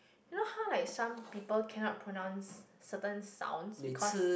you know how like some people cannot pronounce certain sounds because